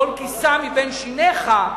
טול קיסם מבין שיניך,